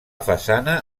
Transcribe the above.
façana